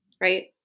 right